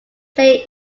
playing